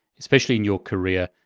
especially in your career,